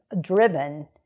driven